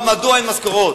לומר מדוע אין משכורות.